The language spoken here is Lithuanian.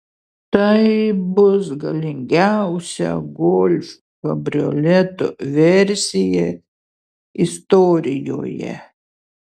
tai bus galingiausia golf kabrioleto versija istorijoje